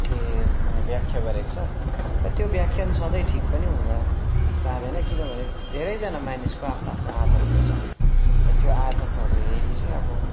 उसले माने व्याख्या गरेको छ तर त्यो व्याख्यान सधैँ ठिक पनि हुन जाँदैन किनभने धेरैजना मानिसको आफ्नो आफ्नो आदत हुन्छ त्यो आदतहरू हेरी चाहिँ अब